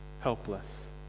helpless